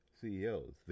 CEOs